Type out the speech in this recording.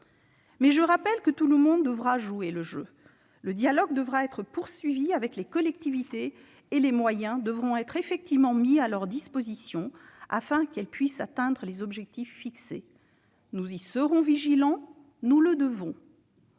possible. Toutefois, tout le monde devra jouer le jeu. Le dialogue devra se poursuivre avec les collectivités territoriales et les moyens devront être effectivement mis à leur disposition afin qu'elles puissent atteindre les objectifs fixés. Nous y veillerons : nous le devons.